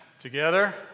together